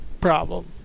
problem